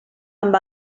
amb